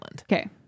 Okay